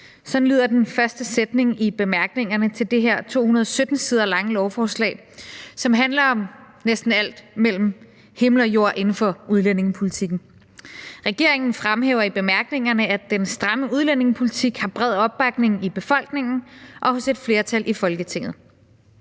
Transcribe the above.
Sådan lyder den første sætning i bemærkningerne til det her 217 sider lange lovforslag, som handler om næsten alt mellem himmel og jord inden for udlændingepolitikken. Regeringen fremhæver i bemærkningerne, at den stramme udlændingepolitik har bred opbakning i befolkningen og hos et flertal i Folketinget.